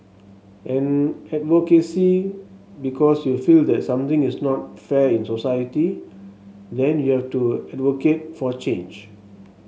and advocacy because you feel that something is not fair in society then you have to advocate for change